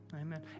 Amen